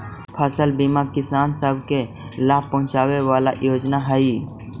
फसल बीमा किसान सब के लाभ पहुंचाबे वाला योजना हई